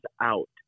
out